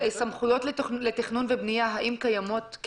סמכויות לתכנון ובנייה האם קיימות?